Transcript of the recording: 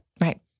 right